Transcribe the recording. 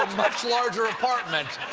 much larger apartment.